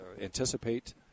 anticipate